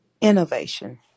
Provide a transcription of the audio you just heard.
innovation